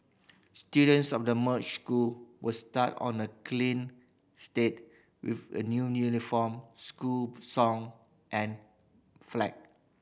students of the merged school will start on a clean slate with a new uniform school song and flag